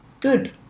good